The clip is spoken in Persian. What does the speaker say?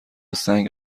سنگ